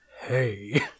Hey